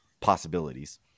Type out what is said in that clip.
possibilities